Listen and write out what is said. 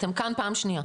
אתם כאן פעם שניה.